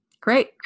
great